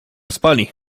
spali